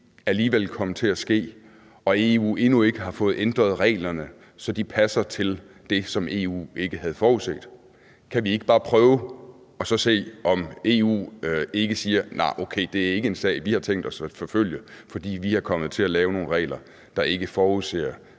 ske, alligevel kom til at ske og EU endnu ikke har fået ændret reglerne, så de passer til det, som EU ikke havde forudset? Kan vi ikke bare prøve og så se, om EU ikke siger: Nå, okay, det er ikke en sag, vi har tænkt os at forfølge, for vi er kommet til at lave nogle regler, der ikke forudser,